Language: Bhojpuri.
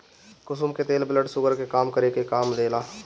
कुसुम के तेल ब्लड शुगर के कम करे में काम देला